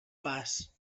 pas